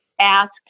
ask